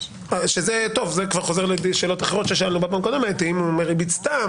זה כבר חוזר לשאלות אחרות ששאלנו בפעם הקודמת האם ריבית סתם,